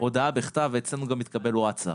הודעה בכתב, ואצלנו גם מתקבל ווטסאפ.